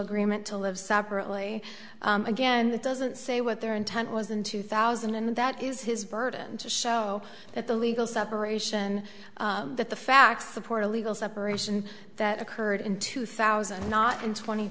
agreement to live separately again it doesn't say what their intent was in two thousand and that is his burden to show that the legal separation that the facts support a legal separation that occurred in two thousand and not in twenty